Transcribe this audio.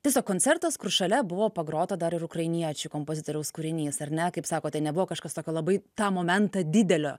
tiesiog koncertas kur šalia buvo pagrota dar ir ukrainiečių kompozitoriaus kūrinys ar ne kaip sakote nebuvo kažkas tokio labai tą momentą didelio